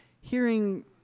hearing